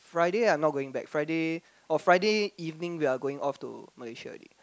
Friday I'm not going back Friday oh Friday evening we've going off to Malaysia already